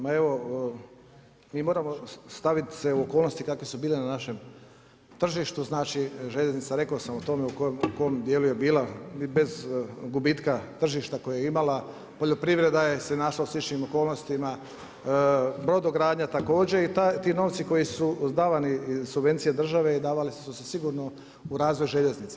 Ma evo mi moramo staviti se u okolnosti kakve su bile na našem tržištu, znači željeznica, rekao sam o tome u kojem dijelu je bila bez gubitka tržišta koje je imala, poljoprivreda je se našla u sličnim okolnostima, brodogradnja također i ti novci koji su davani, subvencije države davali su se sigurno u razvoj željeznica.